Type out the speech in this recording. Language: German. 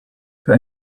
für